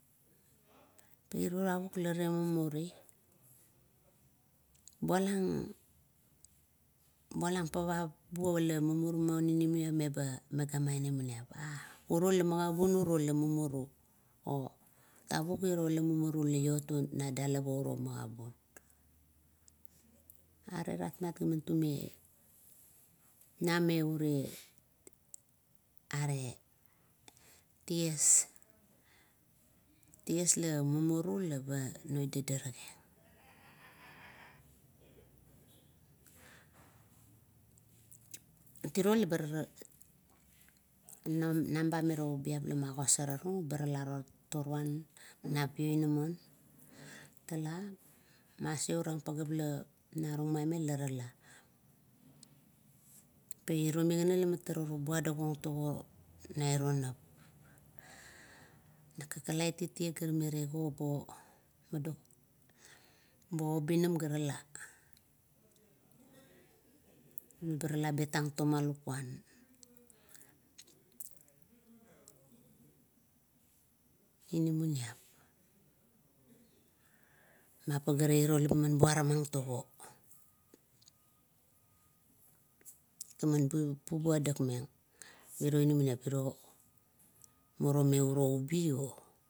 Pa uro tavuk la tale mumuri bualang, bualang pavap buo la mumurum maun inamaniap, meba megama inamaniap, uro la magabun. Are lapmat latume nameure, are ties, ties la mumuru leba no dadagang. Tiro labar noba miro ubiap la magosor rarung, ebar tala na pio inamon, ba tala maseau pa iro migana la tara tobaudatong tago nairo nap. Man kakalaitit ga tego bo obinam ga rala, meba tala betang toma lakuan. Inamaniap ma pagea ra iro la ba man buaramang tago, laman buboidak meng miro inamaniap, muro meiro ubi o.